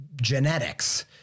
genetics